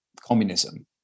communism